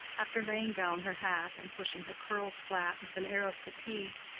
after laying down her hat and pushing her curls flat, with an air of fatigue,